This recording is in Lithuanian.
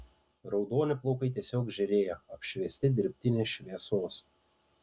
raudoni plaukai tiesiog žėrėjo apšviesti dirbtinės šviesos